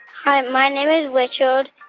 hi. my name is richard.